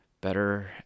better